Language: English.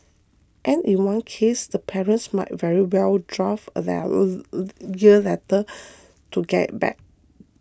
and in one case the parents might very well draft a letter to get it back